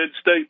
state